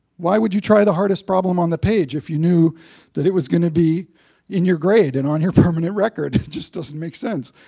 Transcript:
why would you try the hardest problem on the page if you knew that it was going to be in your grade and on your permanent record? it just doesn't make sense.